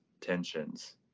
tensions